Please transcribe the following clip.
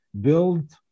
build